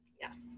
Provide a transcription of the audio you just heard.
Yes